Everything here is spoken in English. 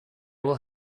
will